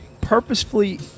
purposefully